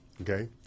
okay